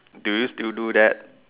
do you still do that